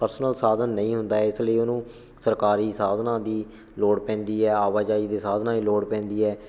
personal ਸਾਧਨ ਨਹੀਂ ਹੁੰਦਾ ਹੈ ਇਸ ਲਈ ਉਹਨੂੰ ਸਰਕਾਰੀ ਸਾਧਨਾਂ ਦੀ ਲੋੜ ਪੈਂਦੀ ਹੈ ਆਵਾਜਾਈ ਦੇ ਸਾਧਨਾਂ ਦੀ ਲੋੜ ਪੈਂਦੀ ਹੈ